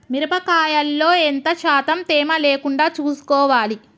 మిరప కాయల్లో ఎంత శాతం తేమ లేకుండా చూసుకోవాలి?